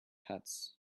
huts